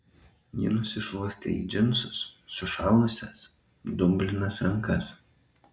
ji nusišluostė į džinsus sušalusias dumblinas rankas